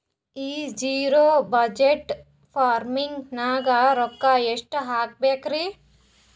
ಈ zero budget farming ನಾಗ್ ರೊಕ್ಕ ಎಷ್ಟು ಹಾಕಬೇಕರಿ?